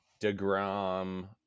DeGrom